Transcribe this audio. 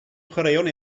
chwaraeon